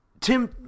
Tim